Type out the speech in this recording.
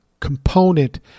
component